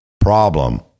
Problem